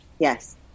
Yes